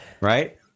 right